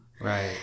Right